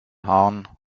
haaren